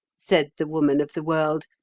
said the woman of the world,